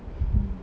mm